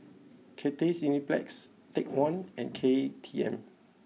Cathay Cineplex Take One and K T M